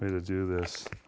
way to do this